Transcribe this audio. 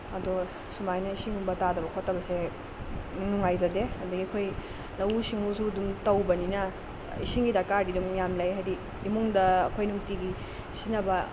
ꯑꯗꯣ ꯁꯨꯃꯥꯏꯅ ꯏꯁꯤꯡꯒꯨꯝꯕ ꯇꯥꯗꯕ ꯈꯣꯠꯇꯕꯁꯦ ꯅꯨꯡꯉꯥꯏꯖꯗꯦ ꯑꯗꯒꯤ ꯑꯩꯈꯣꯏ ꯂꯧꯎ ꯁꯤꯡꯎꯁꯨ ꯑꯗꯨꯝ ꯇꯧꯕꯅꯤꯅ ꯏꯁꯤꯡꯒꯤ ꯗꯔꯀꯥꯔꯗꯤ ꯑꯗꯨꯝ ꯌꯥꯝꯅ ꯂꯩ ꯍꯥꯏꯗꯤ ꯏꯃꯨꯡꯗ ꯑꯩꯈꯣꯏ ꯅꯨꯡꯇꯤꯒꯤ ꯁꯤꯖꯤꯟꯅꯕ